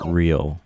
real